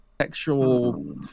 sexual